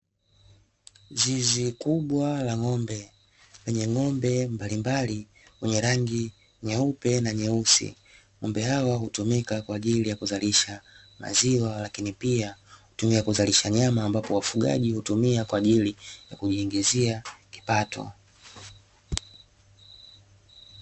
Zizi kubwa la ng'ombe, lenye ng'ombe mbalimbali wenye rangi nyeupe na nyeusi, ng'ombe hao hutumika kwa ajili ya kuzalisha maziwa lakini pia hutumika kuzalisha nyamba ambapo wafugaji hutumia kwa ajili ya kujiingizia kipato.